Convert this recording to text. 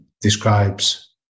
describes